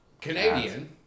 Canadian